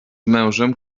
mężem